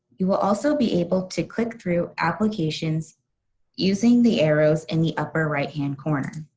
you will also be able to click through applications using the arrows in the upper right hand corner.